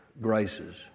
graces